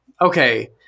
Okay